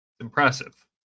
impressive